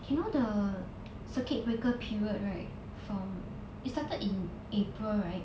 you know the circuit breaker period right from it started in april right